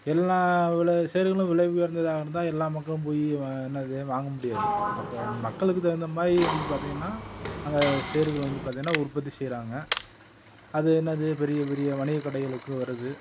எல்லா விலை சேர்களும் விலை உயர்ந்ததாக இருந்தால் எல்லா மக்களும் போய் என்னது வாங்க முடியாது அப்போ மக்களுக்கு தகுந்தமாதிரி வந்து பாத்திங்கன்னா அந்த சேர்கள் வந்து பாத்திங்கன்னா உற்பத்தி செய்கிறாங்க அது என்னது பெரிய பெரிய வணிகக்கடைகளுக்கு வருது